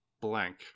Blank